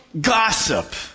gossip